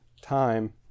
time